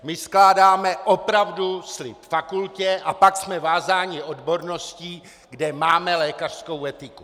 My skládáme opravdu slib fakultě a pak jsme vázáni odborností, kde máme lékařskou etiku.